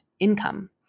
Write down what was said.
income